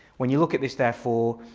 when you look at this therefore,